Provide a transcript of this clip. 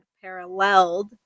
paralleled